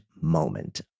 moment